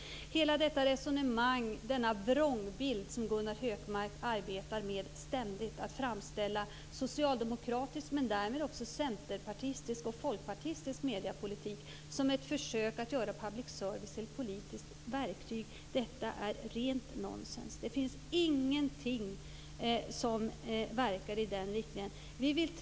Hela det resonemang och den vrångbild som Gunnar Hökmark ständigt arbetar med, nämligen att framställa socialdemokratisk men därmed också centerpartistisk och folkpartistisk mediepolitik som ett försök att göra public service till ett politiskt verktyg, är rent nonsens. Det finns ingenting som verkar i den riktningen.